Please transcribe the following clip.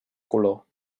color